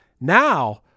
now